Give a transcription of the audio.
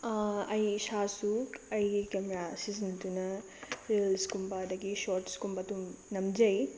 ꯑꯩ ꯏꯁꯥꯁꯨ ꯑꯩꯒꯤ ꯀꯦꯃꯦꯔꯥ ꯁꯤꯖꯤꯟꯅꯗꯨꯅ ꯔꯤꯜꯁꯀꯨꯝꯕ ꯑꯗꯨꯗꯒꯤ ꯁꯣꯔꯠꯁꯀꯨꯝꯕ ꯑꯗꯨꯝ ꯅꯝꯖꯩ